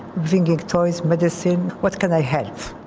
bringing toys, medicine. what can i help?